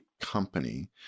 company